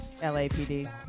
LAPD